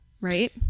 right